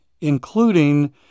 including